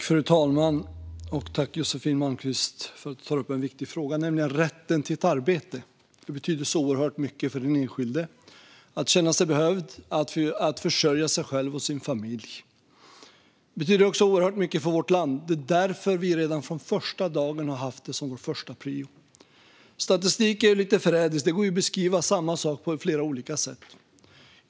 Fru talman! Tack, Josefin Malmqvist, för att du tar upp en viktig fråga, nämligen rätten till ett arbete! Det betyder oerhört mycket för den enskilde att känna sig behövd och att försörja sig själv och sin familj. Det betyder också oerhört mycket för vårt land. Det är därför vi redan från första dagen har haft det som vår första prioritering. Statistik är lite förrädiskt. Det går ju att beskriva samma sak på flera olika sätt.